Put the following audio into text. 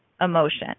emotion